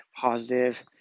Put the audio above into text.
positive